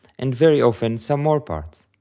and very often some more parts.